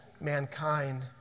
mankind